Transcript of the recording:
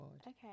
Okay